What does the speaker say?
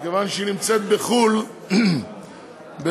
מכיוון שהיא נמצאת בחו"ל בשליחות,